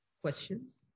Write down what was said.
questions